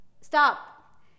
stop